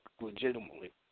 legitimately